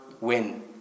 win